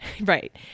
right